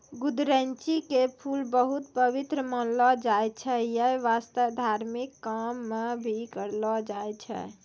गुदरैंची के फूल बहुत पवित्र मानलो जाय छै यै वास्तं धार्मिक काम मॅ भी करलो जाय छै